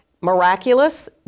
miraculous